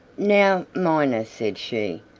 now, miner, said she,